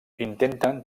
intenten